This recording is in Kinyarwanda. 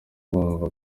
bumva